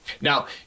Now